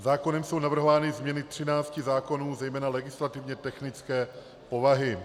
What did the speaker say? Zákonem jsou navrhovány změny 13 zákonů, zejména legislativně technické povahy.